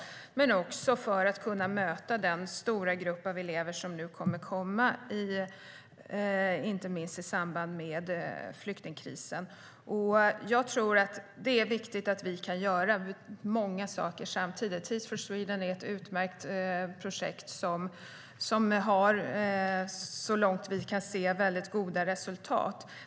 Det handlar också om att kunna möta den stora grupp av elever som nu kommer att komma, inte minst i samband med flyktingkrisen. Jag tror att det är viktigt att vi kan göra många saker samtidigt. Teach for Sweden är ett utmärkt projekt som så långt vi kan se har goda resultat.